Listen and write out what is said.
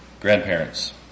grandparents